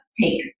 take